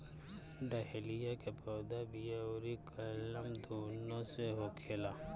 dahlia के पौधा बिया अउरी कलम दूनो से होखेला